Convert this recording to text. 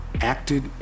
acted